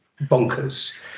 bonkers